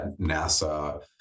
NASA